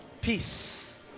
Peace